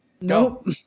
Nope